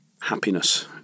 happiness